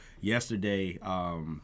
yesterday